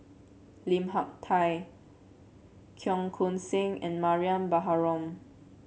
Lim Hak Tai Cheong Koon Seng and Mariam Baharom